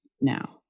now